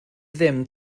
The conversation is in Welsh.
ddim